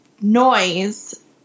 noise